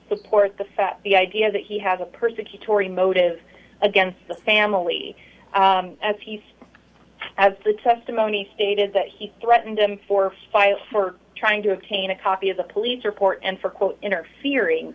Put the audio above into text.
support the fact the idea that he has a persecutory motive against the family as he says as the testimony stated that he threatened him for file for trying to obtain a copy of the police report and for quote interfering